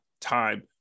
time